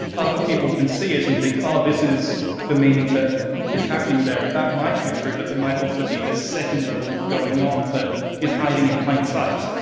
other people can see it and think, oh, this is the meaning that is happening there and that might be true but there might also be this second level going on that is hiding in plain sight.